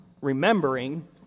remembering